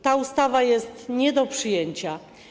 Ta ustawa jest nie do przyjęcia.